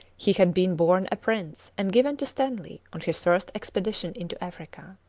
he had been born a prince and given to stanley on his first expedition into africa.